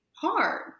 hard